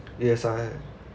yes I